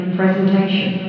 presentation